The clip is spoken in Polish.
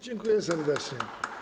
Dziękuję serdecznie.